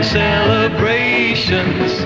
celebrations